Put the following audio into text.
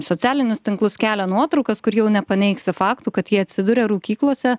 socialinius tinklus kelia nuotraukas kur jau nepaneigsi fakto kad jie atsiduria rūkyklose